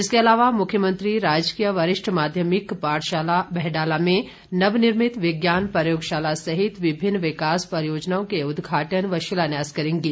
इसके अलावा मुख्यमंत्री राजकीय वरिष्ठ माध्यमिक पाठशाला बहडाला में नवनिर्मित विज्ञान प्रयोगशाला सहित विभिन्न विकास परियोजनाओं के उद्घाटन व शिलान्यास करेंगे